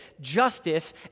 justice